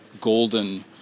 golden